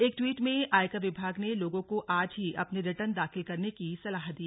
एक ट्वीट में आयकर विभाग ने लोगों को आज ही अपने रिर्टन दाखिल करने की सलाह दी